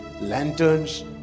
lanterns